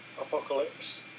Apocalypse